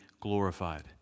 glorified